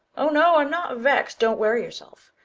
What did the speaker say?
oh, no, i'm not vexed don't worry yourself.